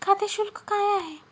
खाते शुल्क काय आहे?